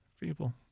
people